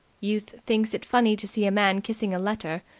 youth thinks it funny to see a man kissing a letter.